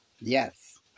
Yes